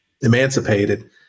emancipated